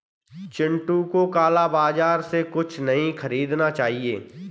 चिंटू को काला बाजार से कुछ नहीं खरीदना चाहिए